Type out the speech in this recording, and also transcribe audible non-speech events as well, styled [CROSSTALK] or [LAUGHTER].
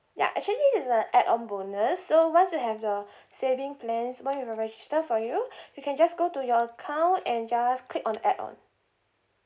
ya actually is a add on bonus so once you have the [BREATH] saving plans register for you [BREATH] you can just go to your account and just click on add on